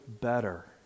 better